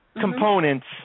components